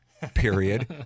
period